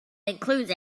includes